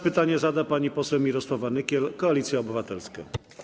Pytanie zada pani poseł Mirosława Nykiel, Koalicja Obywatelska.